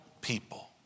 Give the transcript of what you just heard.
people